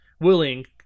willing